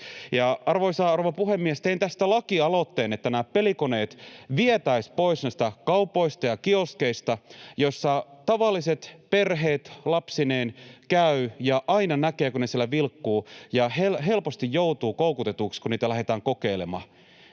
rouva puhemies! Tein tästä lakialoitteen, että nämä pelikoneet vietäisiin pois kaupoista ja kioskeista, joissa tavalliset perheet lapsineen käyvät ja aina näkevät, kun ne siellä vilkkuvat, ja helposti joutuu koukutetuksi, kun niitä lähdetään kokeilemaan.